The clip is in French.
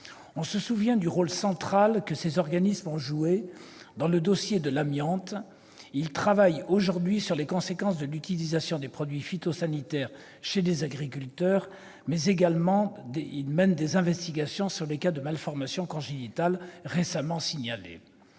On se souvient du rôle central que ces organismes ont joué dans le dossier de l'amiante ; ils travaillent aujourd'hui sur les conséquences de l'utilisation des produits phytosanitaires chez les agriculteurs, mais mènent également des investigations sur les cas de malformations congénitales récemment signalés.